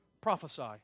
prophesy